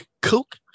coke